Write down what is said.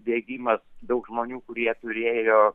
bėgimas daug žmonių kurie turėjo